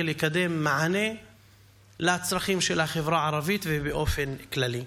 לקדם מענה לצרכים של החברה הערבית ובאופן כללי.